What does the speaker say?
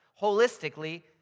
holistically